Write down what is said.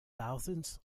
thousands